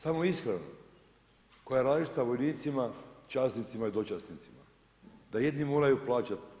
Samo ishranu koja je različita vojnicima, časnicima i dočasnicima, da jedni moraju plaćati.